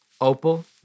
Opal